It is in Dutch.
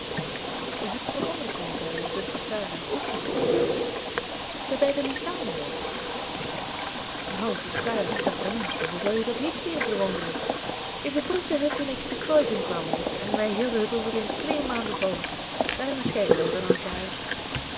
het verwondert mij daar uw zuster sarah ook nog ongetrouwd is dat gij beiden niet samenwoont als u sarah's temperament kende zou u dat niet meer verwonderen ik beproefde het toen ik te croydon kwam en wij hielden het ongeveer twee maanden vol daarna scheidden wij van elkaar